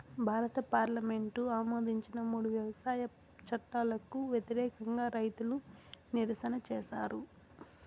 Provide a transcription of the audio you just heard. భారత పార్లమెంటు ఆమోదించిన మూడు వ్యవసాయ చట్టాలకు వ్యతిరేకంగా రైతులు నిరసన చేసారు